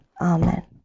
amen